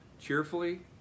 cheerfully